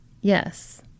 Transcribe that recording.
Yes